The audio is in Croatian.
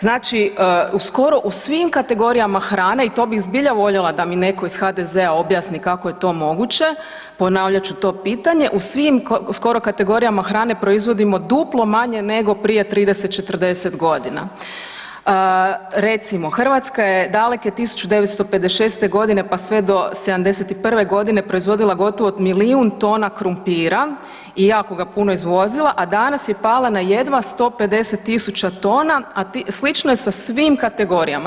Znači u skoro u svim kategorijama hrane i to bi zbilja voljela da mi neko iz HDZ-a objasni kako je to moguće, ponavljat ću to pitanje, u svim skoro kategorijama hrane proizvodimo duplo manje nego prije 30-40.g. Recimo, Hrvatska je daleke 1956.g., pa sve do '71.g. proizvodila gotovo milijun tona krumpira i jako ga puno izvozila, a danas je pala na jedva 150.000 tona, a slično je sa svim kategorijama.